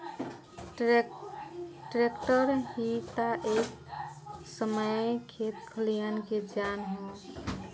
tractor ही ता ए समय खेत खलियान के जान ह